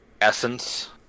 essence